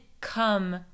come